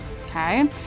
Okay